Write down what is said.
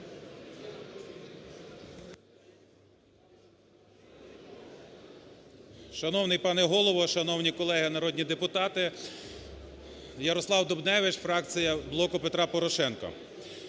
Шановний пане Голово, шановні колеги народні депутати! Ярослав Дубневич, фракція "Блоку Петра Порошенка".